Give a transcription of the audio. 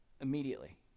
immediately